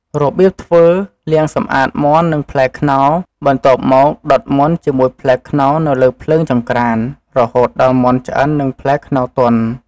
របៀបធ្វើលាងសម្អាតមាន់ និងផ្លែខ្នុរ បន្ទាប់មកដុតមាន់ជាមួយផ្លែខ្នុរនៅលើភ្លើងចង្ក្រាន រហូតដល់មាន់ឆ្អិន និង ផ្លែខ្នុរទន់។